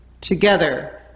Together